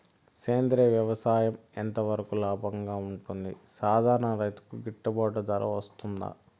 సేంద్రియ వ్యవసాయం ఎంత వరకు లాభంగా ఉంటుంది, సాధారణ రైతుకు గిట్టుబాటు ధర వస్తుందా?